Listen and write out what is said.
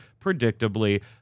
predictably